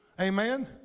Amen